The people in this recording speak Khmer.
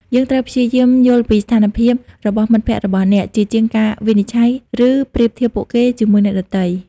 យើងត្រូវព្យាយាមយល់ពីស្ថានភាពរបស់មិត្តភក្តិរបស់អ្នក ជាជាងការវិនិច្ឆ័យ ឬប្រៀបធៀបពួកគេជាមួយអ្នកដទៃ។